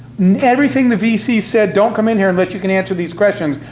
everything the vc said, don't come in here unless you can answer these questions,